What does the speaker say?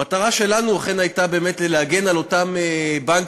המטרה שלנו אכן הייתה באמת להגן על אותם בנקים,